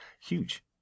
huge